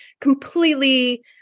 completely